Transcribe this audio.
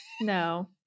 No